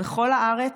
בכל הארץ,